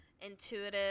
intuitive